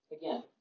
again